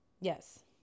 Yes